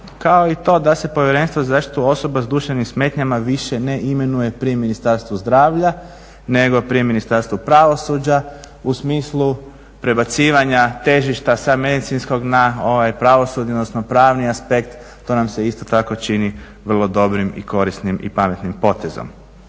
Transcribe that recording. kao i to da se Povjerenstvo za zaštitu osoba sa duševnim smetnjama više ne imenuje pri Ministarstvu zdravlja nego pri Ministarstvu pravosuđa u smislu prebacivanja težišta sa medicinskog na ovaj pravosudni, odnosno pravni aspekt. To nam se isto tako čini vrlo dobrim i korisnim i pametnim potezom.